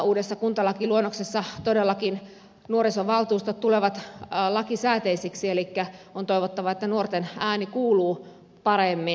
uudessa kuntalakiluonnoksessa todellakin nuorisovaltuustot tulevat lakisääteisiksi elikkä on toivottavaa että nuorten ääni kuuluu paremmin